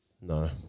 No